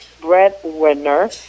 breadwinner